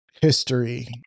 history